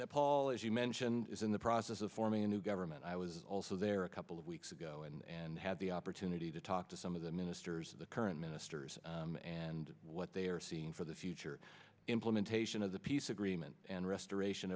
that paul as you mentioned is in the process of forming a new government i was also there a couple of weeks ago and had the opportunity to talk to some of the ministers of the current ministers and what they are seeing for the future implementation of the peace agreement and restoration